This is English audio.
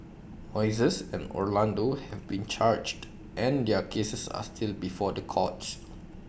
Moises and Orlando have been charged and their cases are still before the courts